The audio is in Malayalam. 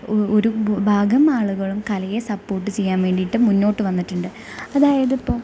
ഒരു ഭാഗം ആളുകളും കലയെ സപ്പോർട്ട് ചെയ്യാൻ വേണ്ടിയിട്ട് മുന്നോട്ട് വന്നിട്ടുണ്ട് അതായത് ഇപ്പോൾ